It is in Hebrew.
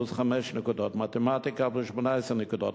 פלוס 5 נקודות, והמתמטיקה, פלוס 18 נקודות.